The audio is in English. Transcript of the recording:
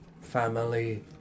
Family